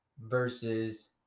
versus